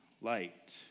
light